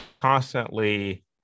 constantly